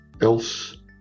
else